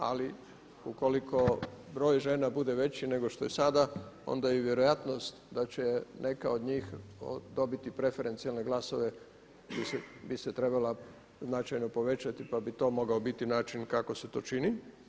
Ali ukoliko broj žena bude veći nego što je sada, onda je i vjerojatnost da će neka od njih dobiti preferencijalne glasove bi se trebala značajno povećati, pa bi to mogao biti način kako se to čini.